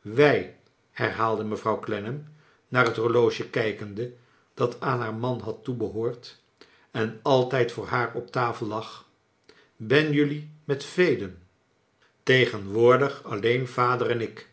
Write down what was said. wij herhaalde mevrouw clennam naar het horloge kijkende dat aan haar man had toebehoord en altijd voor haar op tafel lag ben jullie met velen tegenwoordig alleen vader en ik